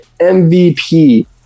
MVP